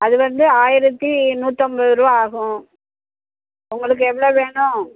அது வந்து ஆயிரத்து நூற்றம்பதுரூவா ஆகும் உங்களுக்கு எவ்வளோ வேணும்